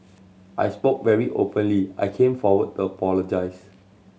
I spoke very openly I came forward to apologise